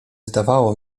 zdawało